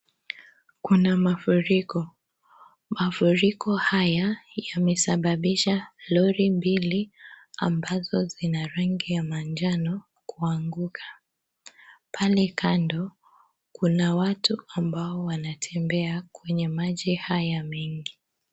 Kuna mafuriko, mafuriko haya yamesababisha lori mbili amabazo zina rangi ya manjano kuanguka, pale kando kuna watu ambao wanatembea kwenye maji haya mengi.